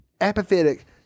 apathetic